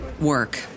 work